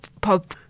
pub